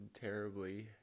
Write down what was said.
terribly